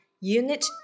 Unit